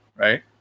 right